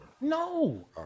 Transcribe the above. No